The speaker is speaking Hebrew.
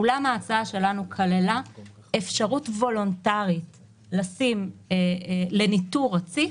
אולם ההצעה שלנו כללה אפשרות וולונטרית לניטור רציף